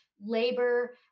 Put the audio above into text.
labor